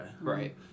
Right